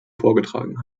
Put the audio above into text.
vorgetragen